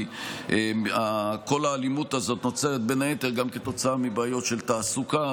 כי כל האלימות הזאת נוצרת בין היתר מבעיות של תעסוקה,